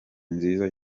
nziza